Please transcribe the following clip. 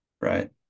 right